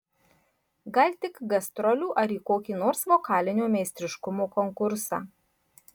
gal tik gastrolių ar į kokį nors vokalinio meistriškumo konkursą